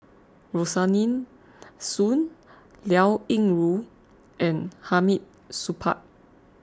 Rosaline Soon Liao Yingru and Hamid Supaat